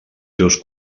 seus